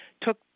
took